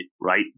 right